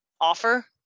offer